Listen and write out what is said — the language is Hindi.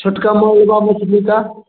छोटका मलबा मछली का